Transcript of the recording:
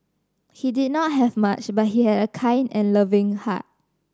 he did not have much but he had a kind and loving heart